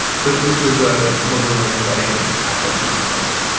so this was ah one of the really exciting aspects of these results.